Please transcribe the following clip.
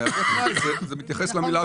המהווה תנאי זה מתייחס למילה ויתור.